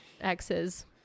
exes